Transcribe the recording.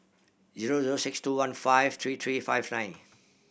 zero zero six two one five three three five nine